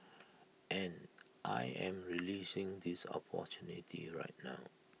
and I am relishing this opportunity right now